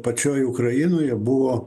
pačioj ukrainoje buvo